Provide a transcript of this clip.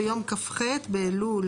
ביום כ"ח באלול